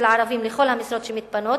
של ערבים לכל המשרות שמתפנות.